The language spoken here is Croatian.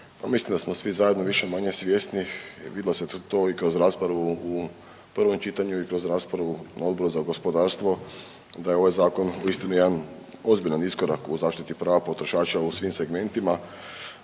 mislim da smo svi zajedno više-manje svjesni, vidjelo se to i kroz raspravu u prvom čitanju i kroz raspravu na Odboru za gospodarstvo da je ovaj zakon uistinu jedan ozbiljan iskorak u zaštiti prava potrošača u svim segmentima,